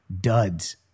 duds